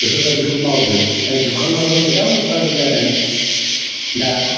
बेफोरबायदिखौ मावदों दा जुखामाबो मोजां उदफादन जादों दा